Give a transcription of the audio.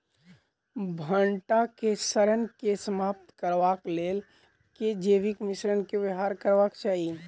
भंटा केँ सड़न केँ समाप्त करबाक लेल केँ जैविक मिश्रण केँ व्यवहार करबाक चाहि?